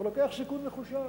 אבל לוקח סיכון מחושב.